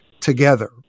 together